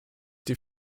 die